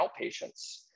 outpatients